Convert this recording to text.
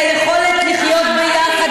את היכולת לחיות יחד,